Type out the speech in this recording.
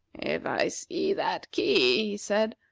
if i see that key, he said,